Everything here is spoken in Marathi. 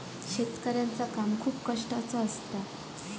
शेतकऱ्याचा काम खूप कष्टाचा असता